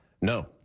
no